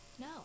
No